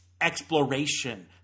exploration